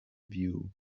view